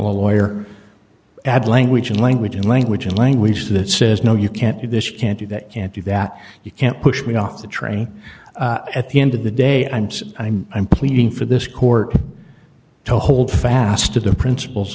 lawyer abbe language and language and language and language that says no you can't do this can't do that can't do that you can't push me off the train at the end of the day i'm i'm i'm pleading for this court to hold fast to the principles